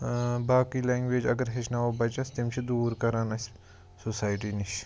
ٲں باقٕے لیٚنٛگویج اگر ہیٚچھناوٗو بَچَس تِم چھِ دوٗر کَران اسہِ سوسایٹی نِش